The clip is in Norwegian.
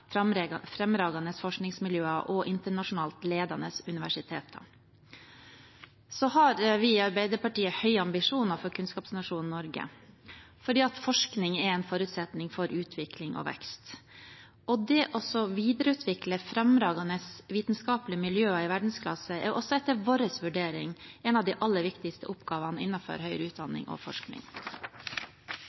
fram fremragende forskningsmiljøer og internasjonalt ledende universiteter. Vi i Arbeiderpartiet har høye ambisjoner for kunnskapsnasjonen Norge fordi forskning er en forutsetning for utvikling og vekst. Det å videreutvikle fremragende vitenskapelige miljøer i verdensklasse er også etter vår vurdering en av de aller viktigste oppgavene innenfor høyere utdanning og forskning.